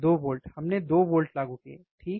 2 volt हमने 2 volt लागू किए ठीक